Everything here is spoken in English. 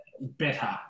better